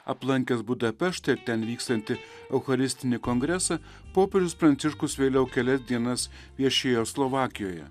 aplankęs budapeštą ir ten vykstantį eucharistinį kongresą popiežius pranciškus vėliau kelias dienas viešėjo slovakijoje